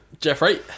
Jeffrey